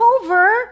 over